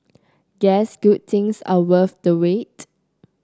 guess good things are worth the wait